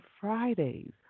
Fridays